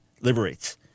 liberates